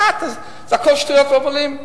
הכול שטויות והבלים.